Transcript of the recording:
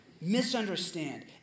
misunderstand